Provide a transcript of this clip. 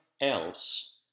else